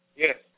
Yes